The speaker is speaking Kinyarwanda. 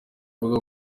ivuga